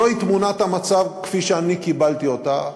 זוהי תמונת המצב כפי שאני קיבלתי אותה.